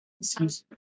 excuse